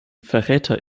verräter